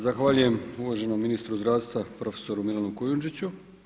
Zahvaljujem uvaženom ministru zdravstva profesoru Milanu Kujundžiću.